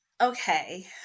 Okay